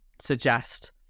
suggest